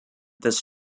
this